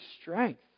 strength